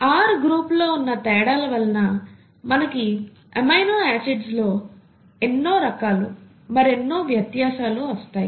R గ్రూపుల్లో ఉన్న తేడాల వలన మనకి ఎమినో ఆసిడ్స్ లో ఎన్నో రకాల్లో మరెన్నో వ్యత్యాసాలు వస్తాయి